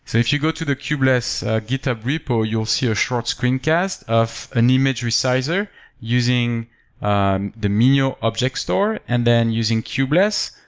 so if you go to the kubeless github repo, you'll see a short screencast of an image resizer using and the minio object store and then using kubeless